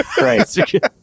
Right